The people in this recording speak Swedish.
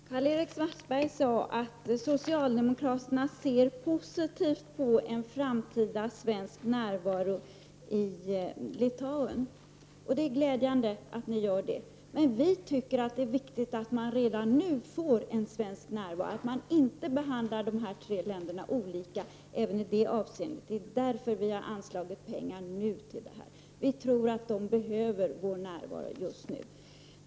Herr talman! Karl-Erik Svartberg sade att socialdemokraterna ser positivt på en framtida svensk närvaro i Litauen. Det är glädjande att ni gör det. Men vi moderater tycker att det är viktigt att man redan nu får en svensk närvaro och att man även i detta avseende inte behandlar de här tre länderna olika. Det är därför som vi föreslår att man nu anslår pengar till detta. Vi tror att litauerna behöver vår närvaro just nu.